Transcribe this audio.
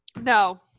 No